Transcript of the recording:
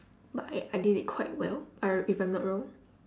but I I did it quite well I re~ if I'm not wrong